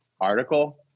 article